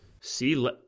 See